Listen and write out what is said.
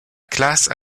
classe